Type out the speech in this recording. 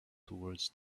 toward